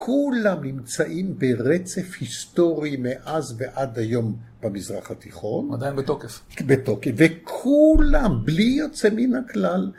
כולם נמצאים ברצף היסטורי מאז ועד היום במזרח התיכון. עדיין בתוקף. בתוקף. וכולם, בלי יוצא מן הכלל.